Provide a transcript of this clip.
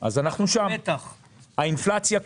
האינפלציה,